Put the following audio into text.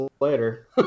later